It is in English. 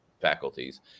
faculties